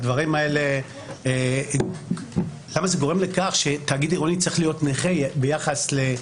זה גורם לכך שתאגיד עירוני צריך להיות נכה ביחס לעירייה.